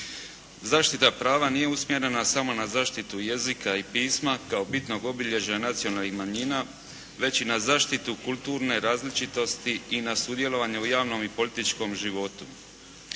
Zaštita prava nije usmjerena samo na zaštitu jezika i pisma kao bitnog obilježja nacionalnih manjina već i na zaštitu kulturne različitosti i na sudjelovanje u javnom i političkom životu.